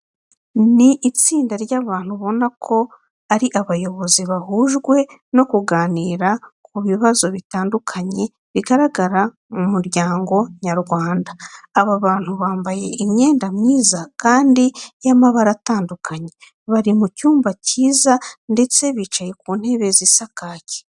Ni itsinda ry'abantu ubona ko ari abayobozi bahujwe no kuganira ku bibazo bitandukanye bigaragara mu muryango nyarwanda. aba bantu bambaye imyenda myiza kandi y'amabara atandukanye. Bari mu cyumba cyiza ndetse bicaye ku ntebe zisa kake.